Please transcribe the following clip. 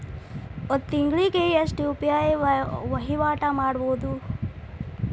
ಒಂದ್ ತಿಂಗಳಿಗೆ ಎಷ್ಟ ಯು.ಪಿ.ಐ ವಹಿವಾಟ ಮಾಡಬೋದು?